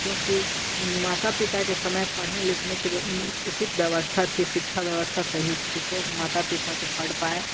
क्योंकि माता पिता के समय पढ़ने लिखने की उचित व्यवस्था थी शिक्षा व्यवस्था सही थी तो माता पिता तो पढ़ पाए